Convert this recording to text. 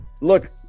look